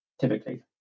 Typically